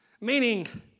Meaning